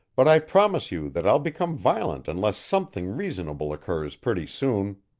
but i promise you that i'll become violent unless something reasonable occurs pretty soon.